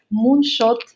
moonshot